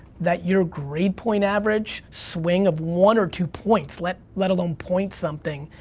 that your grade-point average swaying of one or two points, let let alone point something,